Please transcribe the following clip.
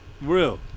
Real